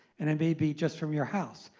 and it may be just from your house.